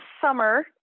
summer